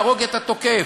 יהרוג את התוקף.